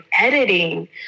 editing